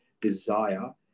desire